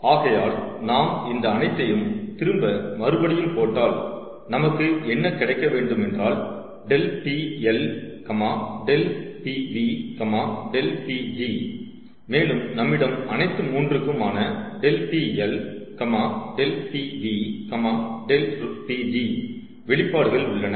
ஆகையால் நாம் இந்த அனைத்தையும் திரும்ப மறுபடியும் போட்டால் நமக்கு என்ன கிடைக்க வேண்டுமென்றால் ∆Pl ∆Pv ∆Pg மேலும் நம்மிடம் அனைத்து மூன்றுக்கும் ஆன ∆Pl ∆Pv ∆Pg வெளிப்பாடுகள் உள்ளன